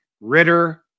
Ritter